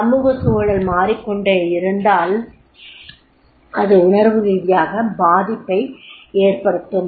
சமூக சூழல் மாறிக்கொண்டே இருந்தால் அது உணர்வு ரீதியாக பாதிப்பை ஏற்படுத்தும்